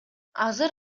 азыр